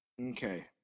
Okay